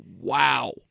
wow